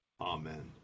amen